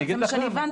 זה מה שהבנתי.